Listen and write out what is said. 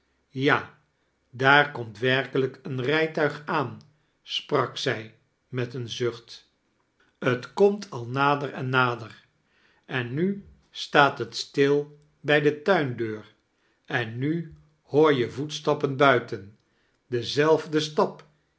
ja daar komt werkelijk een rijtuig aan sprak zij met een zucht t komt al nader en nader en nu staat het stil bij de tuindeur en nu hoor je voetstappen buiten denzelfdem stap